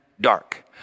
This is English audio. dark